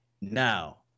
Now